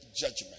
judgment